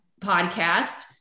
podcast